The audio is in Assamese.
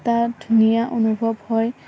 এটা ধুনীয়া অনুভৱ হয়